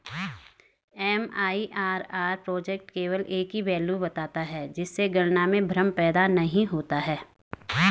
MIRR project केवल एक ही वैल्यू बताता है जिससे गणना में भ्रम पैदा नहीं होता है